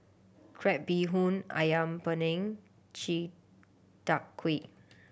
crab bee hoon Ayam Panggang chi tak kuih